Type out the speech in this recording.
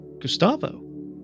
Gustavo